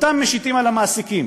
שאותם משיתים על המעסיקים,